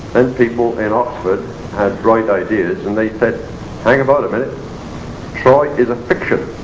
and people in oxford had bright ideas and they said hang about a minute troy is a fiction,